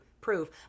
prove